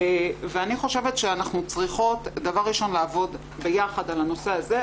ואני חושבת שאנחנו צריכות דבר ראשון לעבוד ביחד על הנושא הזה.